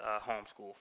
homeschool